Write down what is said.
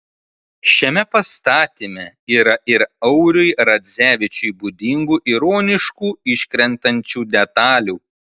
šiame pastatyme yra ir auriui radzevičiui būdingų ironiškų iškrentančių detalių